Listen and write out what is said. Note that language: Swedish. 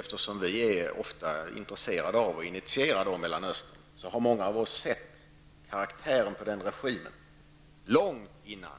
Eftersom vi ofta är intresserade av och initierade i fråga om Mellanöstern har många av oss sett karaktären hos Saddam Husseins regim långt före